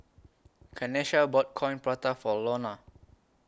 Kanesha bought Coin Prata For Iona